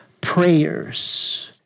prayers